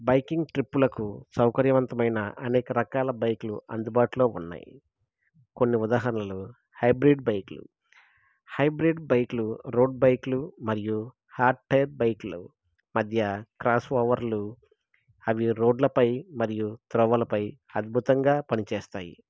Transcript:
biking ట్రిప్పులకు సౌకర్యవంతమైన అనేక రకాల బైక్లు అందుబాటులో ఉన్నాయి కొన్ని ఉదాహరణలు హైబ్రిడ్ బైక్లు హైబ్రిడ్ బైక్లు రోడ్ బైక్లు మరియు హార్డ్ టైర్ బైక్లు మధ్య క్రాస్ ఓవర్లు అవి రోడ్లపై మరియు త్రవ్వలపై అద్భుతంగా పనిచేస్తాయి